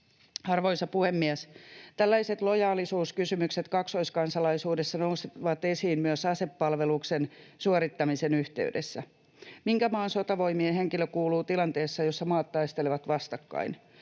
Arvoisa puhemies! Lojaalisuuskysymykset kaksoiskansalaisuudessa nousevat esiin myös asepalveluksen suorittamisen yhteydessä. Minkä maan sotavoimiin henkilö kuuluu tilanteessa, jossa maat taistelevat vastakkain?